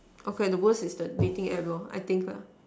okay the worse is the dating App lor I think lah